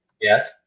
Yes